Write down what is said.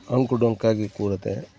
ಅಂಕು ಡೊಂಕಾಗಿ ಕೂರದೆ